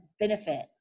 benefit